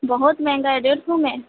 بہت مہنگا ہے ڈیڑھ سو میں